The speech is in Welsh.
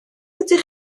ydych